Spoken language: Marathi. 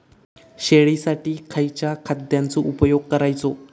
शेळीसाठी खयच्या खाद्यांचो उपयोग करायचो?